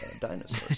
dinosaurs